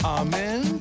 amen